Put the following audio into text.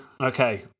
Okay